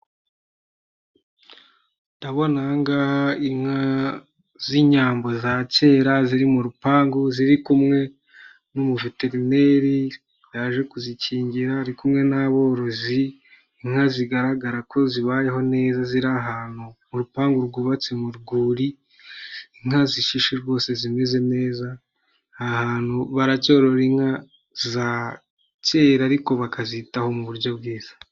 Ndabona aha ngaha inka z'inyambo za kera ziri mu rupangu, ziri kumwe n'umuveterineri yaje kuzikingira, ari kumwe n'aborozi, inka zigaragara ko zibayeho neza ziri ahantu mu rupangu rwubatse mu rwuri, inka zishishe rwose zimeze neza, ahantu baracyorora inka za kera ariko bakazitaho mu buryo bwiza.